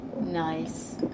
nice